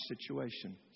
situation